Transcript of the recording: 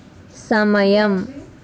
సమయం